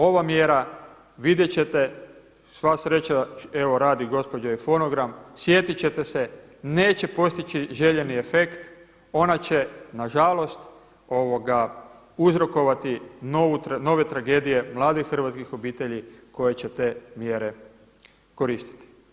Ova mjera, vidjeti ćete, sva sreća evo radi gospođa i fonogram, sjetiti ćete neće postići željeni efekt, ona će nažalost uzrokovati nove tragedije mladih hrvatskih obitelji koje će te mjere koristiti.